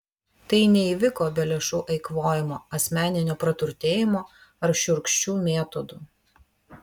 tai neįvyko be lėšų eikvojimo asmeninio praturtėjimo ar šiurkščių metodų